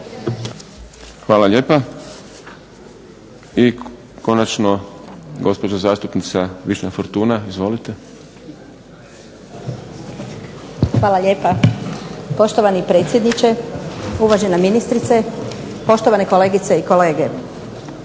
Hvala lijepa. I konačno gospođa zastupnica Višnja Fortuna. Izvolite. **Fortuna, Višnja (HSU)** Hvala lijepa poštovani predsjedniče, uvažena ministrice, poštovane kolegice i kolege.